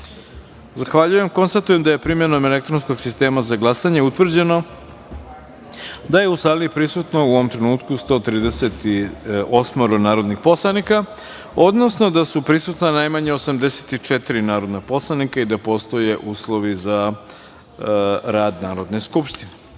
za glasanje. Konstatujem da je, primenom elektronskog sistema za glasanje, utvrđeno da je u sali prisutno u ovom trenutku 138 narodnih poslanika, odnosno da su prisutna najmanje 84 narodna poslanika i da postoje uslovi za rad Narodne skupštine. Imajući